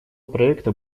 проекта